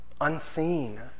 unseen